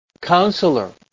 counselor